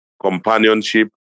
companionship